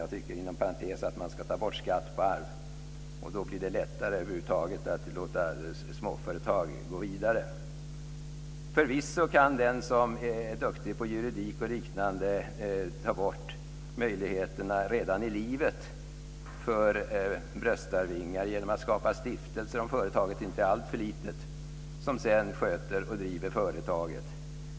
Jag tycker inom parentes att man ska ta bort skatt på arv. Då blir det lättare över huvud taget att låta småföretag gå vidare. Förvisso kan den som är duktig på juridik och liknande redan i livet ta bort möjligheterna för bröstarvingar genom att skapa stiftelser, om företaget inte är alltför litet, som sedan sköter och driver företaget.